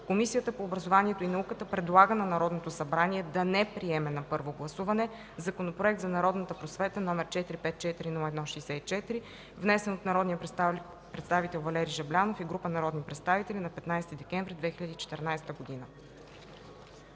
Комисията по образованието и науката предлага на Народното събрание да не приеме на първо гласуване Законопроект за народната просвета, № 454-01-64, внесен от народния представител Валери Жаблянов и група народни представители на 15 декември 2014 г.”